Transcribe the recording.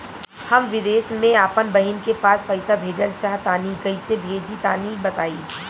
हम विदेस मे आपन बहिन के पास पईसा भेजल चाहऽ तनि कईसे भेजि तनि बताई?